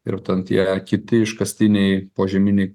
ir ten tie kiti iškastiniai požeminiai